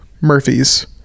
Murphy's